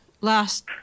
last